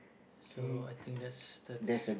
so I think that's that's